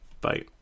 Bye